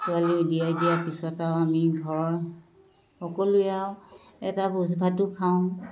ছোৱালী ওলিয়াই দিয়াৰ পিছত আৰু আমি ঘৰৰ সকলোৱে আৰু এটা ভোজ ভাতো খাওঁ